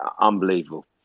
unbelievable